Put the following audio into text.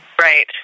Right